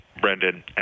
Brendan